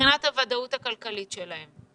מבחינת הוודאות הכלכלית שלהם.